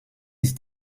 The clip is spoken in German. ist